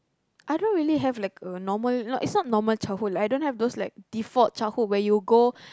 I don't really have like a normal it's not normal childhood lah I don't have those like default childhood where you go